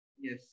Yes